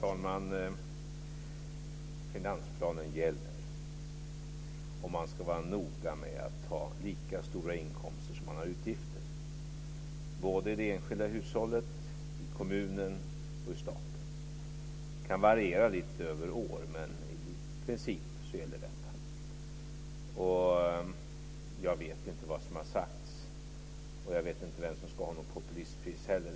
Fru talman! Finansplanen gäller, och man ska vara noga med att ha lika stora inkomster som man har utgifter, i det enskilda hushållet, i kommunen och i staten. Det kan variera lite över år, men i princip gäller detta. Jag vet inte vad som har sagts, och jag vet inte vem som ska ha något populistpris heller.